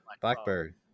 Blackbird